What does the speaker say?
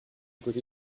côté